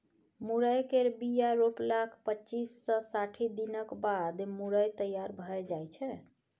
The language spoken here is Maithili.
मुरय केर बीया रोपलाक पच्चीस सँ साठि दिनक बाद मुरय तैयार भए जाइ छै